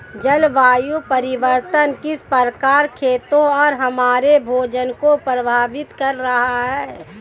जलवायु परिवर्तन किस प्रकार खेतों और हमारे भोजन को प्रभावित कर रहा है?